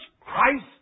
Christ